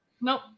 Nope